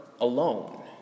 alone